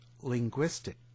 linguistic